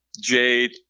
Jade